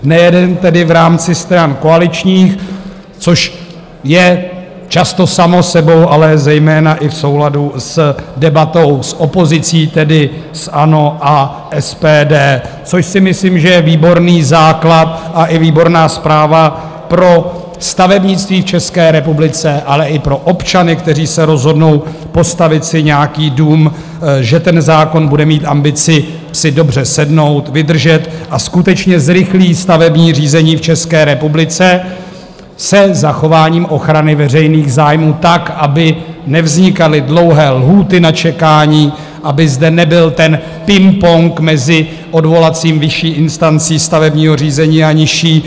Nejenom tedy v rámci stran koaličních, což je často samo sebou, ale zejména i v souladu s debatou s opozicí, tedy s ANO a SPD, což si myslím, že je výborný základ a i výborná zpráva pro stavebnictví v České republice, ale i pro občany, kteří se rozhodnou postavit si nějaký dům, že ten zákon bude mít ambici si dobře sednout, vydržet a skutečně zrychlí stavební řízení v České republice se zachováním ochrany veřejných zájmů tak, aby nevznikaly dlouhé lhůty na čekání, aby zde nebyl ten pingpong mezi odvolací vyšší instancí stavebního řízení a nižší.